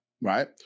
right